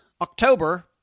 October